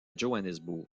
johannesburg